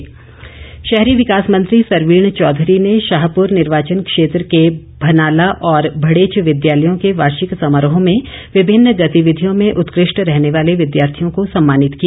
सरवीण चौधरी शहरी विकास मंत्री सरवीण चौधरी ने शाहपुर निर्वाचन क्षेत्र के भनाला और भड़ेच विद्यालयों के वार्षिक समारोह में विभिन्न गतिविधियों में उत्कृष्ठ रहने वाले विद्यार्थियों को सम्मानित किया